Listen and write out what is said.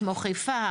כמו חיפה,